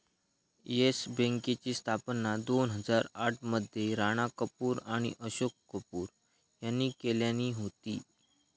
yes बँकेची स्थापना दोन हजार आठ मध्ये राणा कपूर आणि अशोक कपूर यांनी केल्यानी होती